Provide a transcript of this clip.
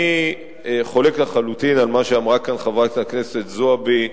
אני חולק לחלוטין על מה שאמרה כאן חברת הכנסת זועבי.